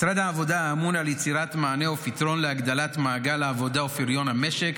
משרד העבודה אמון על יצירת מענה ופתרון להגדלת מעגל העבודה ופריון המשק.